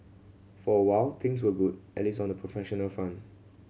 for a while things were good at least on the professional front